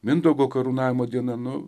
mindaugo karūnavimo diena nu